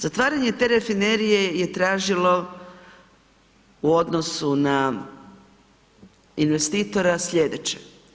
Zatvaranje te rafinerije je tražilo u odnosu na investitora slijedeće.